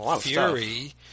Fury